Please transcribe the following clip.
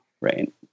right